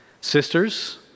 sisters